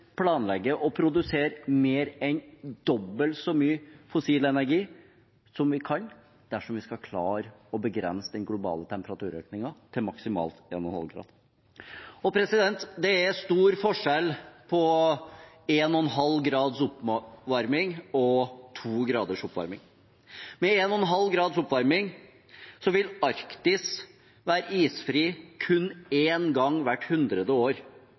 produsere mer enn dobbelt så mye fossil energi som vi kan, dersom vi skal klare å begrense den globale temperaturøkningen til maksimalt 1,5 grader. Det er stor forskjell på 1,5 graders oppvarming og 2 graders oppvarming. Med 1,5 graders oppvarming vil Arktis være isfri kun én gang hvert hundrede år.